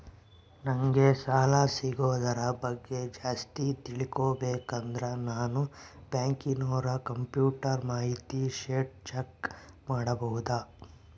ನಂಗೆ ಸಾಲ ಸಿಗೋದರ ಬಗ್ಗೆ ಜಾಸ್ತಿ ತಿಳಕೋಬೇಕಂದ್ರ ನಾನು ಬ್ಯಾಂಕಿನೋರ ಕಂಪ್ಯೂಟರ್ ಮಾಹಿತಿ ಶೇಟ್ ಚೆಕ್ ಮಾಡಬಹುದಾ?